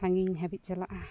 ᱥᱟᱺᱜᱤᱧ ᱦᱟᱹᱵᱤᱡᱽ ᱪᱟᱞᱟᱜᱼᱟ